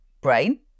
brain